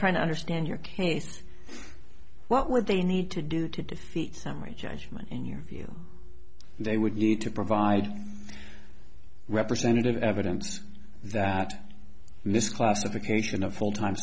trying to understand your case what they need to do to defeat summary judgment in your view they would need to provide representative evidence that this classification of full time